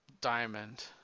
diamond